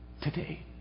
today